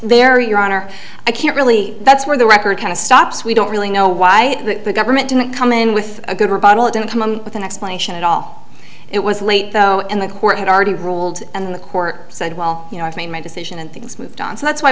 there your honor i can't really that's where the record kind of stops we don't really know why the government didn't come in with a good rebuttal it didn't come with an explanation at all it was late in the court had already ruled and the court said well you know i've made my decision and things moved on so that's why